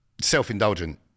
self-indulgent